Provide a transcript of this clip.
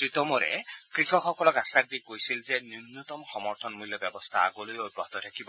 শ্ৰীটোমৰে কৃষকসকলক আশ্বাস দি কৈছিল যে ন্যূনতম সমৰ্থন মল্য ব্যৱস্থা আগলৈও অব্যাহত থাকিব